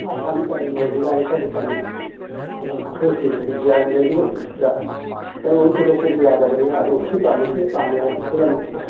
ꯑꯥ ꯐꯅꯤ ꯐꯅꯤ ꯗꯤꯖꯥꯏꯟ ꯈꯔꯗꯤ ꯊꯝꯃꯤ ꯑꯗꯣ ꯃꯈꯜꯁꯤꯡ ꯁꯤꯗ ꯗꯤꯖꯥꯏꯟ ꯂꯩꯔꯤꯕꯁꯤꯡꯁꯤꯗ ꯍꯦꯛ ꯂꯣꯏ ꯄꯤꯊꯣꯛꯄꯗꯤ ꯌꯥꯗꯕꯅꯤꯅ ꯑꯗꯨ ꯁꯤ ꯄꯥꯝꯃꯤ ꯁꯤ ꯄꯥꯝꯃꯤ ꯍꯥꯏꯕꯗꯣ ꯈꯜꯂꯝꯃꯒ